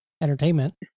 Entertainment